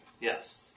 Yes